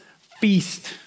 feast